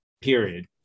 period